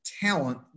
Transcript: talent